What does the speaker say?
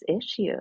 issue